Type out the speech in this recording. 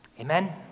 Amen